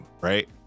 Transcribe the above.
right